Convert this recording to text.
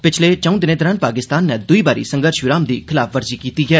पिच्छले चौं दिनें दौरान पाकिस्तान नै दुई बारी संघर्ष विराम दी खलाफवर्जी कीती ऐ